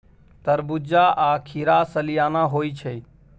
तरबूज्जा आ खीरा सलियाना होइ छै